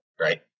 right